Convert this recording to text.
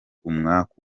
umwaku